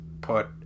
put